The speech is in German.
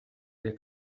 der